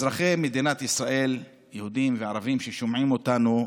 אזרחי מדינת ישראל ששומעים אותנו,